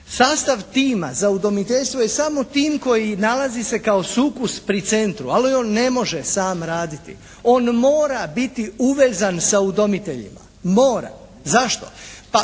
Sastav tima za udomiteljstvo je samo tim koji nalazi se kao sukus pri centru, ali on ne može sam raditi. On mora biti uvezan sa udomiteljima. Mora. Zašto?